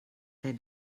their